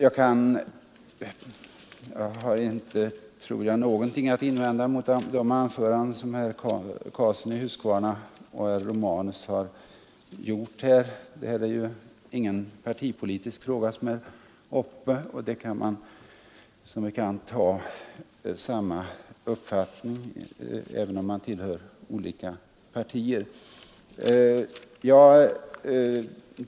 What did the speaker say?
Jag har ingenting att invända mot de anföranden som herr Karlsson i Huskvarna och herr Romanus har hållit här — detta är ju ingen partipolitisk fråga, och man kan som bekant ha samma uppfattning även om man tillhör olika partier.